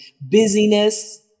busyness